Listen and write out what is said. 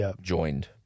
joined